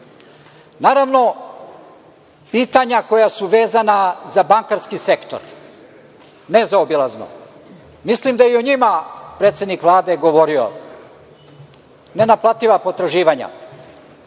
pitanja koja su vezana za bankarski sektor su nezaobilazna. Mislim da je i o njima predsednik Vlade govorio. Nenaplativa potraživanja